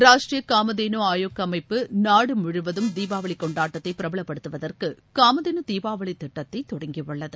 ராஷ்ட்ரியகாமதேனுஆயோக் அமைப்பு நாடுமுழுவதும்தீபாவளிகொண்டாட்டத்தைப் பிரபலப்படுத்துவதற்குகாமதேனுதீபாவளிதிட்டத்தைதொடங்கியுள்ளது